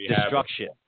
destruction